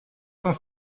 cent